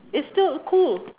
it's still cool